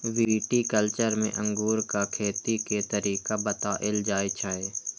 viticulture मे अंगूरक खेती के तरीका बताएल जाइ छै